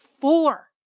four